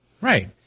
Right